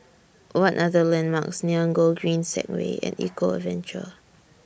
What Are The landmarks near Gogreen Segway and Eco Adventure